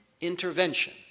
intervention